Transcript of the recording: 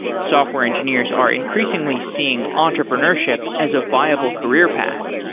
software engineers are increasingly seeing entrepreneurship as a viable career path,